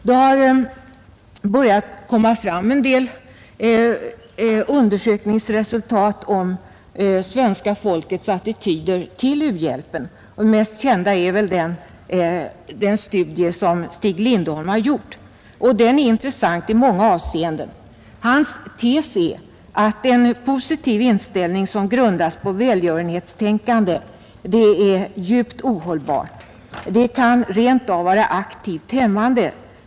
Det har börjat komma fram en del undersökningsresultat om svenska folkets attityder till u-hjälpen. Det mest kända är väl den studie som Stig Lindholm har gjort. Den är intressant i många avseenden. Hans tes är att en positiv inställning som grundas på välgörenhetstänkande är djupt ohållbar. Den kan rent av vara aktivt hämmande.